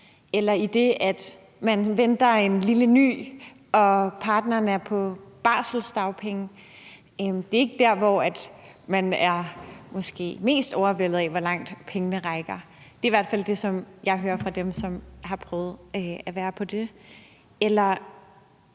eller hvis man venter en lille ny og partneren er på barselsdagpenge. Det er måske ikke der, hvor man bliver mest overvældet af, hvor langt pengene rækker. Det er i hvert fald det, som jeg hører fra dem, som har prøvet at være på det. Det